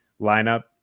lineup